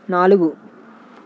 నాలుగు